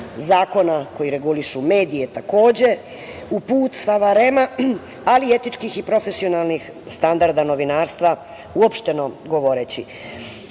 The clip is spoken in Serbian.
zakon koji reguliše medije takođe, uputstva REM-a, ali i etičkih i profesionalnih standarda novinarstva uopšteno govoreći. Još